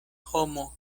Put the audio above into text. homo